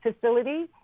facility